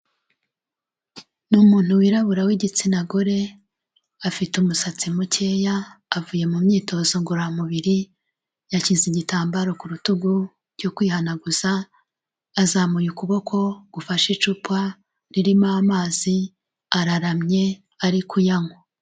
Umuntu wirabura w'igitsina gore, afite umusatsi mukeya avuye mu myitozo ngororamubiri, yashyize igitambaro ku rutugu cyo kwihanaguza azamuye ukuboko gufashe icupa ririmo amazi araramye ari kuyanywa.